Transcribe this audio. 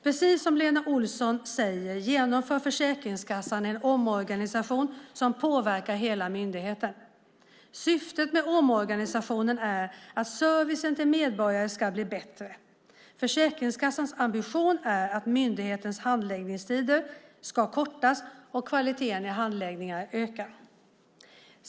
Precis som Lena Olsson säger genomför Försäkringskassan en omorganisation som påverkar hela myndigheten. Syftet med omorganisationen är att servicen till medborgarna ska bli bättre. Försäkringskassans ambition är att myndighetens handläggningstider ska kortas och kvaliteten i handläggningen öka.